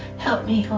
help me oh